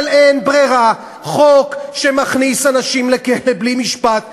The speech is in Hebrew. אבל אין ברירה: חוק שמכניס אנשים לכלא בלי משפט ייפסל.